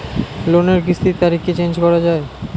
লোনের কিস্তির তারিখ কি চেঞ্জ করা যায়?